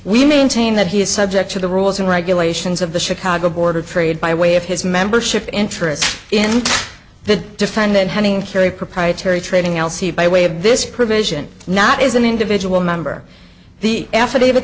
we maintain that he is subject to the rules and regulations of the chicago board of trade by way of his membership interest in the defendant having to carry proprietary trading l c by way of this provision not is an individual member the affidavit